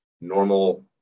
normal